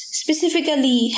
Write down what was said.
specifically